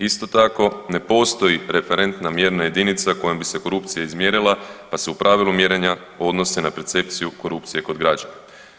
Isto tako ne postoji referentna mjerna jedinica kojom bi se korupcija izmjerila, pa se u pravilu mjerenja odnose na percepciju korupcije kod građana.